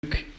Luke